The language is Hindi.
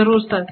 जरूर सर